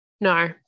No